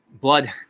blood